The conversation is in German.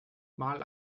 mal